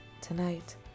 tonight